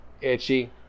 itchy